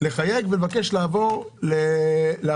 לחייג ולבקש לעבור איתו,